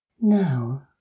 Now